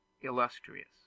illustrious